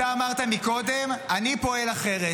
אתה אמרת קודם: אני פועל אחרת.